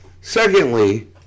Secondly